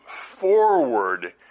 forward